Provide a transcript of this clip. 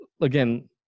again